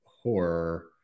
horror